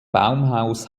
baumhaus